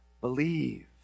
believe